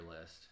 list